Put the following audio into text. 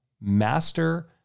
Master